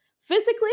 physically